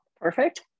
Perfect